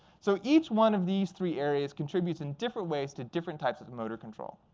so each one of these three areas contributes in different ways to different types of motor control.